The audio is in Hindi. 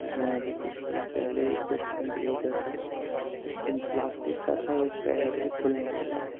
मैंने अभी कुछ दिन पहले ही डेस्टबिन खरीदा था डस्ट्बिन प्लास्टिक का था और पैर से खुलने वाला था